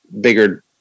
bigger